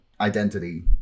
identity